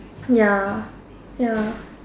ya ya